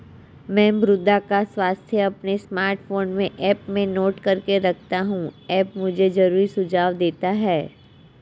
मैं मृदा का स्वास्थ्य अपने स्मार्टफोन में ऐप में नोट करके रखता हूं ऐप मुझे जरूरी सुझाव देता है